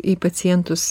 į pacientus